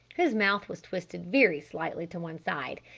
his mouth was twisted very slightly to one side.